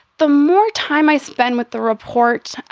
the more time i spend with the report,